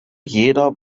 jeder